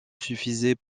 suffisaient